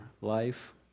life